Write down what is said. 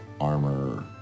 armor